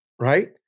right